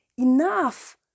Enough